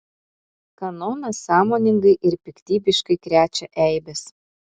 kanonas sąmoningai ir piktybiškai krečia eibes